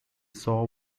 saw